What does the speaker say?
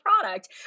product